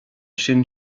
sin